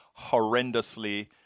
horrendously